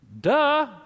Duh